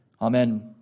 Amen